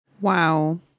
Wow